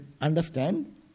understand